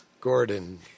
Gordon